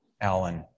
Alan